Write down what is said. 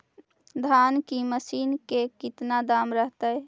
धान की मशीन के कितना दाम रहतय?